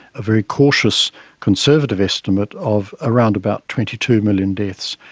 a very cautious conservative estimate of around about twenty two million deaths.